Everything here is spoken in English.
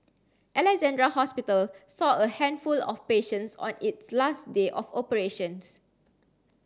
Alexandra Hospital saw a handful of patients on its last day of operations